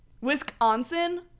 Wisconsin